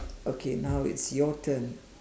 okay now it's your turn